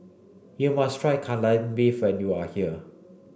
you must try Kai Lan beef when you are here